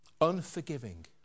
Unforgiving